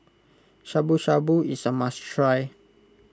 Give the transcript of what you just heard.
Shabu Shabu is a must try